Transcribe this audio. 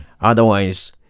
Otherwise